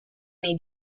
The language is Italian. nei